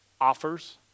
offers